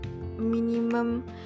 minimum